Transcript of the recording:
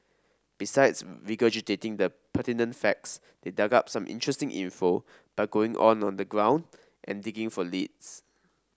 besides regurgitating the pertinent facts they dug up some interesting info by going on the ground and digging for leads